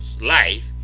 life